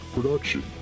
production